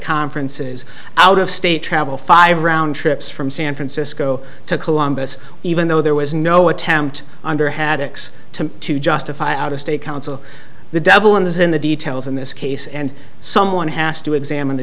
conferences out of state travel five round trips from san francisco to columbus even though there was no attempt under haddix to to justify out of state counsel the devil is in the details in this case and someone has to examine the